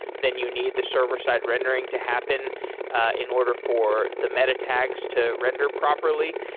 then you need the server-side rendering to happen in order for the meta tags to render properly.